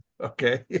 Okay